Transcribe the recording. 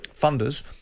funders